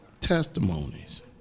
testimonies